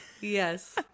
Yes